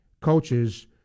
coaches